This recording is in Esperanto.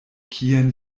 kien